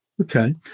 Okay